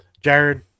Jared